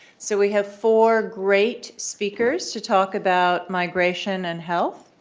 so we have four great speakers to talk about migration and health,